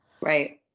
right